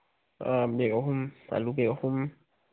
ꯑꯥ bag ꯑꯍꯨꯝ ꯑꯥꯜꯂꯨ bag ꯑꯍꯨꯝ